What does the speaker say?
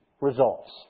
results